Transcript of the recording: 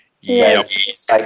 Yes